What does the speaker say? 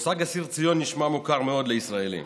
המושג אסיר ציון נשמע מוכר מאוד לישראלים,